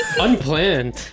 Unplanned